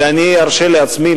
ואני ארשה לעצמי,